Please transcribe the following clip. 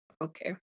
Okay